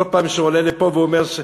כל פעם שהוא עולה לפה ואומר שהוא